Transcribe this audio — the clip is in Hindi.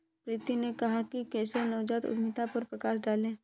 प्रीति ने कहा कि केशव नवजात उद्यमिता पर प्रकाश डालें